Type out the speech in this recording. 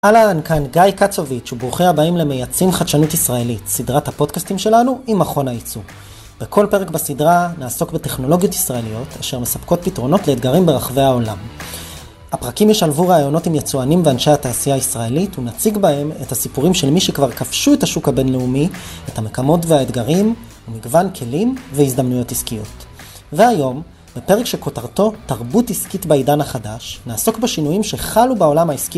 אהלן, כאן גיא קצוביץ' וברוכים הבאים למייצאים חדשנות ישראלית, סדרת הפודקאסטים שלנו עם מכון הייצוא. בכל פרק בסדרה נעסוק בטכנולוגיות ישראליות, אשר מספקות פתרונות לאתגרים ברחבי העולם. הפרקים ישלבו רעיונות עם יצואנים ואנשי התעשייה הישראלית ונציג בהם את הסיפורים של מי שכבר כבשו את השוק הבינלאומי, את המקמות והאתגרים ומגוון כלים והזדמנויות עסקיות. והיום, בפרק שכותרתו תרבות עסקית בעידן החדש, נעסוק בשינויים שחלו בעולם העסקי.